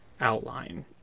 outline